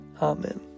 Amen